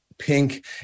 pink